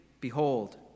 Behold